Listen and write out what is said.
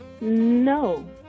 no